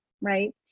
right